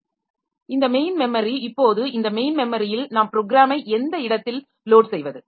இது main memory இப்போது இந்த மெயின் மெமரியில் நாம் ப்ரோக்ராமை எந்த இடத்தில் லோட் செய்வது